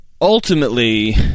Ultimately